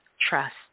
trust